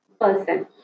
person